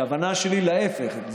הכוונה שלי היא להפך,